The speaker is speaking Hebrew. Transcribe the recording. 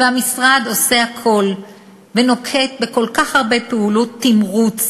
והמשרד עושה הכול ונוקט כל כך הרבה פעולות תמרוץ